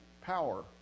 power